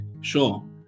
Sure